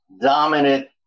dominant